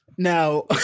Now